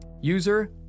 User